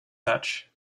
such